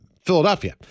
Philadelphia